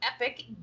epic